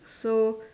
so